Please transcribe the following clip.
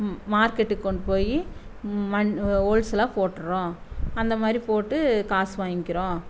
மார்கெட்டுக்கு கொண்டு போய் மண் ஹோல்சேலாக போட்டுடுறோம் அந்தமாதிரி போட்டு காசு வாங்கிக்கிறோம்